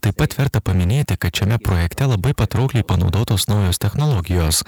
taip pat verta paminėti kad šiame projekte labai patraukliai panaudotos naujos technologijos